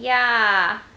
ya